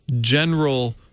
general